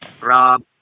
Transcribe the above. Rob